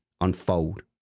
unfold